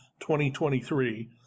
2023